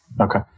Okay